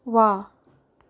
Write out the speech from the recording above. वा